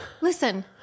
Listen